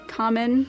common